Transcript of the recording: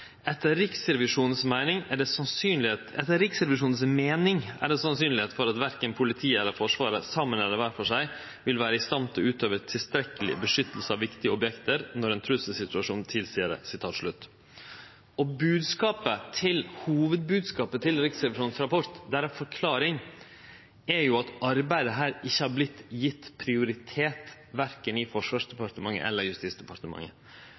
etter. Det er faktisk nesten ikke til å tro. Og videre: Etter Riksrevisjonens mening er det sannsynlighet for at verken politiet eller Forsvaret, sammen eller hver for seg, vil være i stand til å utøve tilstrekkelig beskyttelse av viktige objekter når en trusselsituasjon tilsier det. Samtidig skriver Riksrevisjonen i sin ugraderte rapport at regjeringen ikke gir fullgod forklaring på hvorfor arbeidet med objektsikring og grunnsikring ikke er gitt nødvendig prioritet. Dommen er